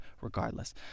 regardless